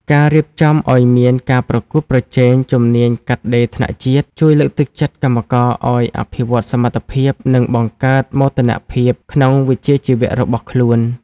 ការរៀបចំឱ្យមានការប្រកួតប្រជែងជំនាញកាត់ដេរថ្នាក់ជាតិ ជួយលើកទឹកចិត្តកម្មករឱ្យអភិវឌ្ឍសមត្ថភាព និងបង្កើតមោទនភាពក្នុងវិជ្ជាជីវៈរបស់ខ្លួន។